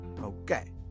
okay